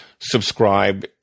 subscribe